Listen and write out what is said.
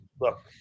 look